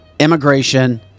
immigration